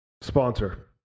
sponsor